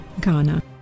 Ghana